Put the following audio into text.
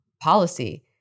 policy